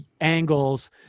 angles